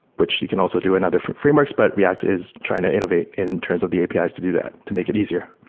which you can also do in other frameworks, but react is trying to innovate in terms of the apis to do that, to make it easier.